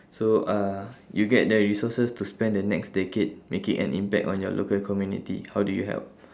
so uh you get the resources to spend the next decade making an impact on your local community how do you help